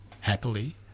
happily